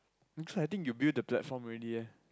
you try I think you build the platform already eh